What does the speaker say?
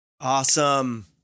Awesome